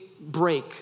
break